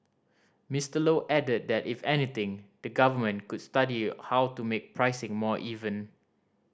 Mister Low added that if anything the Government could study how to make pricing more even